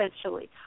Essentially